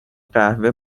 قهوه